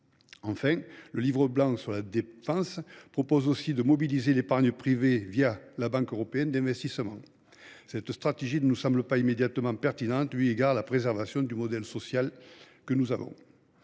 entendre. Le livre blanc de la défense propose enfin de mobiliser l’épargne privée la Banque européenne d’investissement. Cette stratégie ne nous semble pas immédiatement pertinente eu égard à la préservation du modèle social qui est